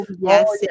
yes